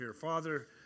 Father